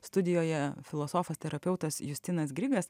studijoje filosofas terapeutas justinas grigas